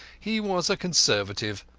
he was a conservative,